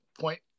point